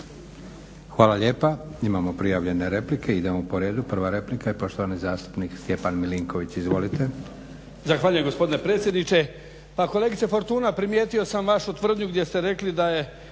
Hvala lijepa. Imamo prijavljene replike. Idemo po redu. Prva replika i poštovani zastupnik Stjepan Milinković. Izvolite. **Milinković, Stjepan (HDZ)** Zahvaljujem gospodine predsjedniče. Pa kolegice Fortuna primijetio sam vašu tvrdnju gdje ste rekli da je